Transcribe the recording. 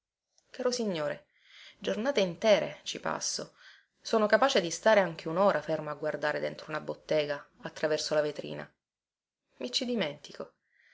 caro signore giornate intere ci passo sono capace di stare anche unora fermo a guardare dentro una bottega attraverso la vetrina i ci dimentico